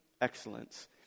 excellence